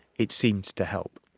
it seems to help.